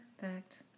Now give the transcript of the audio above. Perfect